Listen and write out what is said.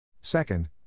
Second